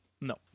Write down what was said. No